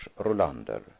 Rolander